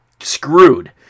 screwed